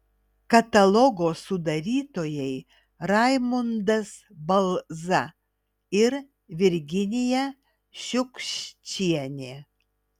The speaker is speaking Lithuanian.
katalogo sudarytojai raimundas balza ir virginija šiukščienė